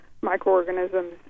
microorganisms